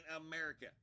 America